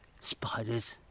Spiders